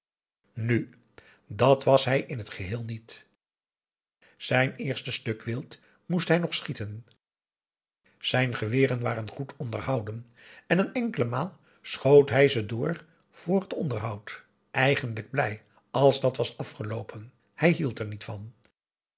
nu dat was hij in t geheel niet zijn eerste stuk wild moest hij nog schieten zijn geweren waren goed onderhouden en een enkele maal schoot hij ze door voor het onderhoud eigenlijk blij als dat was afgeloopen hij hield er niet van